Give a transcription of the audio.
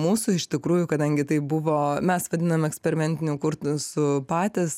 mūsų iš tikrųjų kadangi tai buvo mes vadinam eksperimentiniu kursu patys